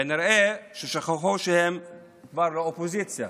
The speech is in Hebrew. כנראה שהם שכחו שהם כבר לא אופוזיציה.